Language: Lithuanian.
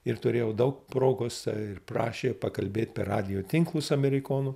ir turėjau daug progos ir prašė pakalbėt per radijo tinklus amerikonų